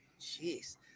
Jeez